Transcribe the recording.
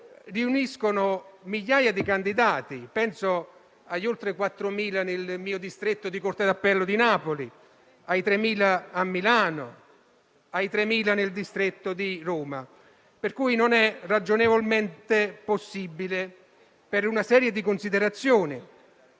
riuniscono migliaia di candidati: penso agli oltre 4.000 nel mio distretto di Corte d'appello, quello di Napoli, ai 3.000 di Milano o ai 3.000 nel distretto di Roma. Ciò non è ragionevolmente possibile, per una serie di considerazioni.